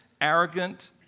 arrogant